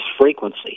frequency